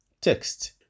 Text